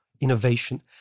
innovation